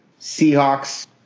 Seahawks